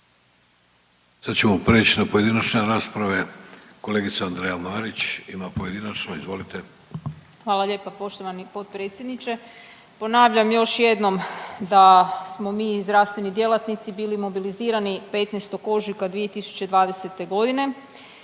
Sad ćemo preć na pojedinačne rasprave, kolegica Andreja Marić ima pojedinačno, izvolite. **Marić, Andreja (SDP)** Hvala lijepa poštovani potpredsjedniče. Ponavljam još jednom da smo mi zdravstveni djelatnici bili mobilizirani 15. ožujka 2020.g.